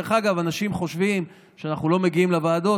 דרך אגב, אנשים חושבים שאנחנו לא מגיעים לוועדות.